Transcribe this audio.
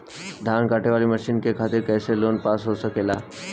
धान कांटेवाली मशीन के खातीर कैसे लोन पास हो सकेला?